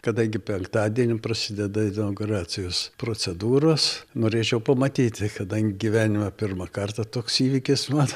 kadangi penktadienį prasideda inauguracijos procedūros norėčiau pamatyti kadangi gyvenime pirmą kartą toks įvykis man